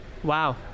Wow